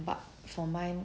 but for mine